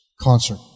concert